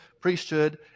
priesthood